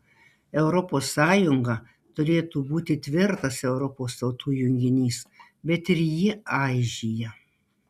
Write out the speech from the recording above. europos sąjunga turėtų būti tvirtas europos tautų junginys bet ir ji aižėja